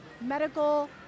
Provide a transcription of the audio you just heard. medical